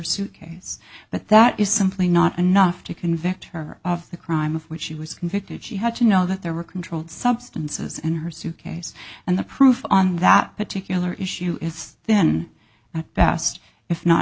suitcase but that is simply not enough to convict her of the crime of which she was convicted she had to know that there were controlled substances in her suitcase and the proof on that particular issue is then at best if not